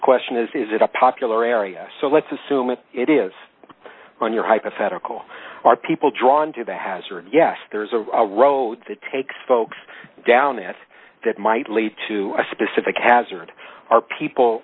question is is it a popular area so let's assume it is on your hypothetical people drawn to the hazard yes there is a road that takes folks down as that might lead to a specific hazard are people